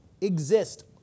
exist